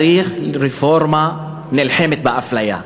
צריך רפורמה שנלחמת באפליה.